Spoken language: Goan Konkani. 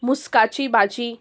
मुस्काची भाजी